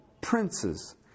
princes